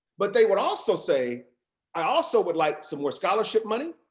but they would also say i also would like some more scholarship money,